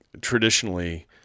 traditionally